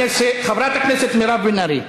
חברת הכנסת מירב בן ארי,